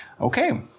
Okay